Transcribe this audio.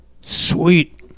sweet